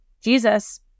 Jesus